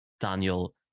Daniel